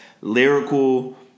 lyrical